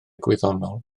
gwyddonol